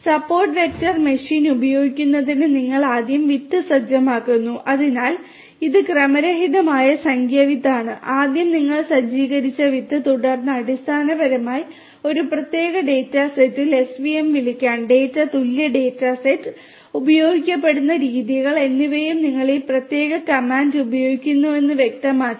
support vector machine ഉപയോഗിക്കുന്നതിന് നിങ്ങൾ ആദ്യം വിത്ത് സജ്ജമാക്കുന്നു അതിനാൽ ഇത് ക്രമരഹിതമായ സംഖ്യ വിത്താണ് നിങ്ങൾ ആദ്യം സജ്ജീകരിച്ച വിത്ത് തുടർന്ന് അടിസ്ഥാനപരമായി ഒരു പ്രത്യേക ഡാറ്റ സെറ്റിൽ svm വിളിക്കാൻ ഡാറ്റ തുല്യ ഡാറ്റ സെറ്റ് ഉപയോഗിക്കപ്പെടുന്ന രീതികൾ എന്നിവയും നിങ്ങൾ ഈ പ്രത്യേക കമാൻഡ് ഉപയോഗിക്കുന്നുവെന്ന് വ്യക്തമാക്കി